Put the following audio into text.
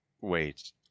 Wait